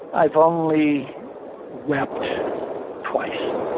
i've only wept twice.